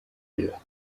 vida